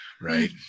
right